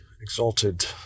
exalted